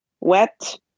Wet